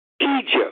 Egypt